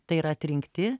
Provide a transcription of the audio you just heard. tai yra atrinkti